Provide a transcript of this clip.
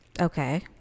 Okay